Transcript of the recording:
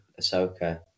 Ahsoka